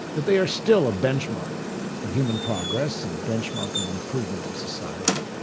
that they are still a benchmark of human progress and a benchmark in the improvement of society.